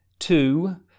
Two